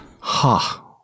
Ha